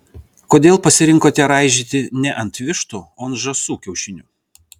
kodėl pasirinkote raižyti ne ant vištų o ant žąsų kiaušinių